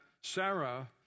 Sarah